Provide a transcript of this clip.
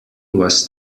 was